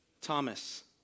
Thomas